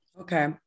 Okay